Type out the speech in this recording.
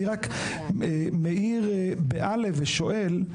אני רק מאיר ושואל,